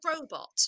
robot